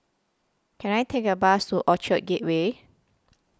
Can I Take A Bus to Orchard Gateway